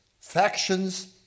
factions